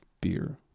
beer